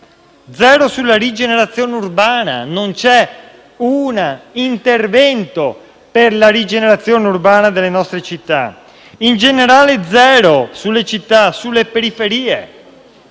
zero sulla rigenerazione urbana, non c'è un intervento per la rigenerazione urbana delle nostre città. In generale, zero sulle città e sulle periferie,